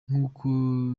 nk’uko